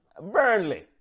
Burnley